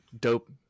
dope